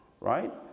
Right